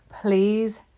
please